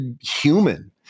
human